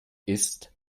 ist